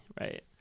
right